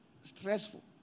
stressful